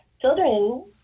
children